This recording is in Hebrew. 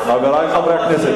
תתבייש לך.